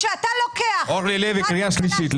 כשאתה לוקח --- אורלי לוי, קריאה שלישית.